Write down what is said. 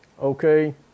okay